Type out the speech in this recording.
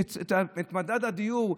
לשנות את מדד הדיור,